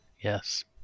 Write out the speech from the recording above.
Yes